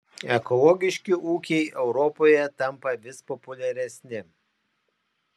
ekologiški ūkiai europoje tampa vis populiaresni